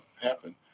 happen